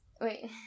Wait